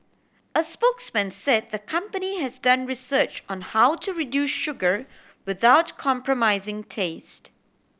a spokesman say the company has done research on how to reduce sugar without compromising taste